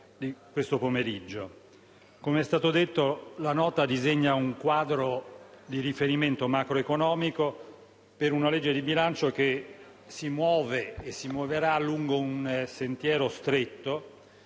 Come è stato detto, la Nota disegna un quadro di riferimento macroeconomico per una legge di bilancio che si muove e si muoverà lungo un sentiero stretto,